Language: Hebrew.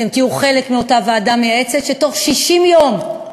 אתם תהיו חלק מאותה ועדה מייעצת, שבתוך 60 יום,